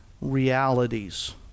realities